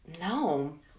no